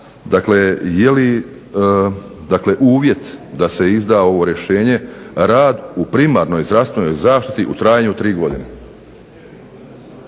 Dakle, je li uvjet da se izda ovo rješenje rad u primarnoj zdravstvenoj zaštiti u trajanju od 3 godine.